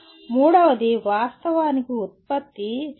మూడవది వాస్తవానికి "ఉత్పత్తి"